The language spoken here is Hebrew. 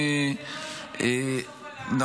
שהחוק הזה לא יתהפך בסוף על מי שהכי צריך.